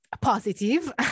positive